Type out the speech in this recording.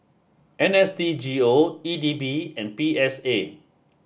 N S D G O E D B and P S A